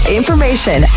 information